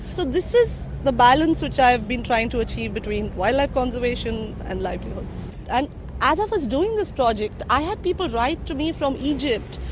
so this is the balance that i've been trying to achieve between wildlife conservation and livelihoods. and as i was doing this project i had people write to me from egypt,